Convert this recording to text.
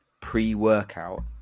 pre-workout